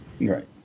Right